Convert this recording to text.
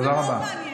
תודה רבה.